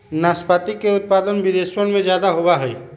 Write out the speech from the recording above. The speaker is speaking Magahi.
नाशपाती के उत्पादन विदेशवन में ज्यादा होवा हई